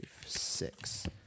six